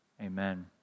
Amen